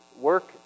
work